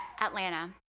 atlanta